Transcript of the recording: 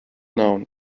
known